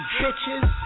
bitches